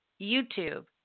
YouTube